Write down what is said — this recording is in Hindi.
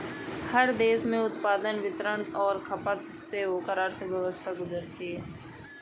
हर देश में उत्पादन वितरण और खपत से होकर अर्थव्यवस्था गुजरती है